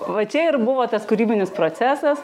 va čia ir buvo tas kūrybinis procesas